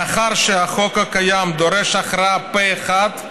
מאחר שהחוק הקיים דורש הכרעה פה אחד,